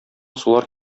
сулар